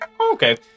Okay